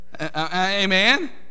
Amen